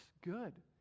good